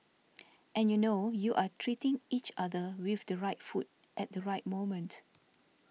and you know you are treating each other with the right food at the right moment